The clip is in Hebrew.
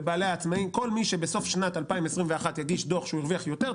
לבעלי העצמאים כל מי שבסוף שנת 2021 יגיש דוח שהוא הרוויח יותר,